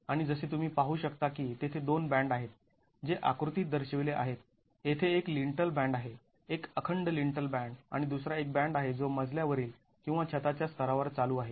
आणि जसे तुम्ही पाहू शकता की तेथे दोन बॅन्ड आहेत जे आकृतीत दर्शविले आहेत येथे एक लिन्टल बॅन्ड आहे एक अखंड लिन्टल बॅन्ड आणि दुसरा एक बॅंड आहे जो मजल्या वरील किंवा छताच्या स्तरावर चालू आहे